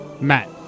Matt